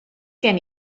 gen